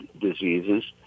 diseases